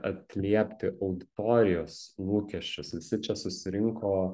atliepti auditorijos lūkesčius visi čia susirinko